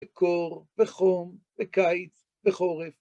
בקור, בחום, בקיץ, בחורף.